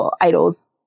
idols